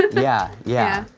yeah, yeah.